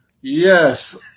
Yes